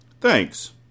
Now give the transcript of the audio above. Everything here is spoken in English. Thanks